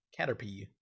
Caterpie